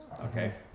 Okay